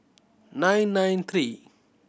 nine nine three